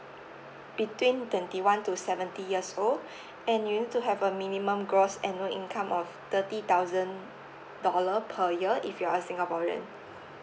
between twenty one to seventy years old and you need to have a minimum gross annual income of thirty thousand dollar per year if you are singaporean